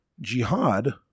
jihad